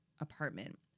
apartment